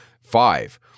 five